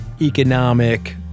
economic